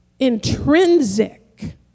intrinsic